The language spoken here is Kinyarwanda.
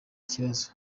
kibazo